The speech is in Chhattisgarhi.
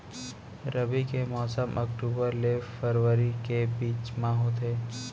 रबी के मौसम अक्टूबर ले फरवरी के बीच मा होथे